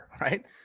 right